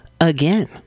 again